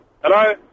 Hello